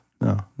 no